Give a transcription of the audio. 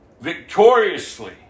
victoriously